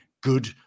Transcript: good